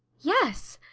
yes,